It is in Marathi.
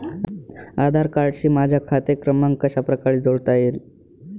आधार कार्डशी माझा खाते क्रमांक कशाप्रकारे जोडता येईल?